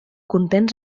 contents